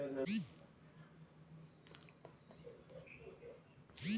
ಅಂತರಾಷ್ಟ್ರೇಯ ವ್ಯಾಪಾರ ಅಂದ್ರೆ ಹೆಂಗಿರ್ತೈತಿ?